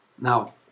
Now